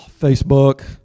Facebook